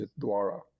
Dwara